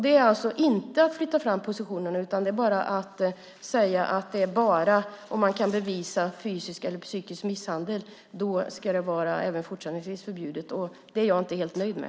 Det är alltså inte att flytta fram positionerna, utan då säger man bara att det även fortsättningsvis ska vara förbjudet bara om det går att bevisa fysisk eller psykisk misshandel. Det är jag inte helt nöjd med.